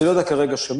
אני לא יודע כרגע שמות,